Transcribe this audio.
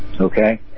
Okay